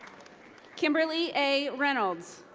kimberly a. reynolds.